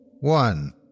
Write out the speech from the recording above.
One